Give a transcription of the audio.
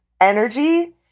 energy